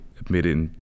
admitting